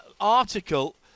article